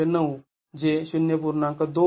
२०९ जे ०